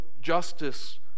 justice